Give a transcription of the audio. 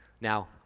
Now